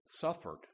Suffered